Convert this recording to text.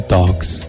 Dogs